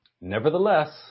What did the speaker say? Nevertheless